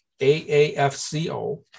AAFCO